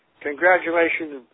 congratulations